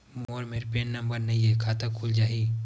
मोर मेर PAN number नई हे का खाता खुल जाही?